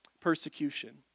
persecution